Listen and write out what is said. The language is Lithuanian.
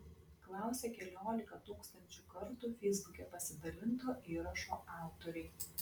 klausia keliolika tūkstančių kartų feisbuke pasidalinto įrašo autoriai